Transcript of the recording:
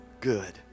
good